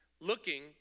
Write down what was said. looking